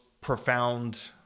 profound